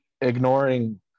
ignoring